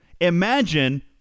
Imagine